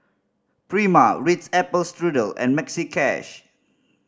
Prima Ritz Apple Strudel and Maxi Cash